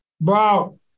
Bro